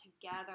together